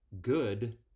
good